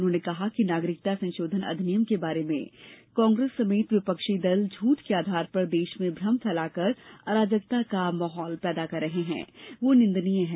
उन्होंने कहा कि नागरिकता संशोधन अधिनियम के बारे में कांग्रेस समेत विपक्षी दल झूठ के आधार पर देश में भ्रम फैलाकर अराजकता का माहौल पैदा कर रहे हैं वह निंदनीय है